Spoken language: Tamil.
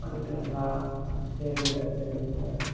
பண்ணிக்கிலாங்களா சரிங்க சார் சரிங்க சார்